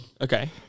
Okay